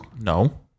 No